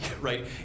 right